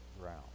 ground